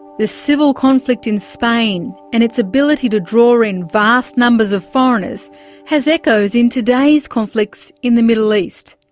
the civil conflict in spain and its ability to draw ah in vast numbers of foreigners has echoes in today's conflicts in the middle east.